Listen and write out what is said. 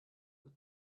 the